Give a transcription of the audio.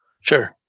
Sure